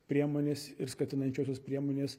priemonės ir skatinančiosios priemonės